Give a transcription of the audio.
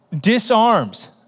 disarms